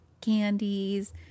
candies